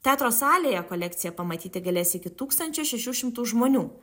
teatro salėje kolekciją pamatyti galės iki tūkstančio šešių šimtų žmonių